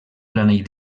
planell